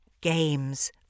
games